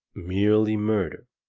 merely murder.